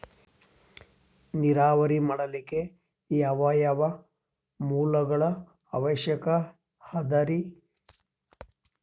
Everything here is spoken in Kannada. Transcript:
ನೇರಾವರಿ ಮಾಡಲಿಕ್ಕೆ ಯಾವ್ಯಾವ ಮೂಲಗಳ ಅವಶ್ಯಕ ಅದರಿ?